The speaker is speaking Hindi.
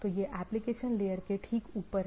तो यह एप्लिकेशन लेयर के ठीक ऊपर है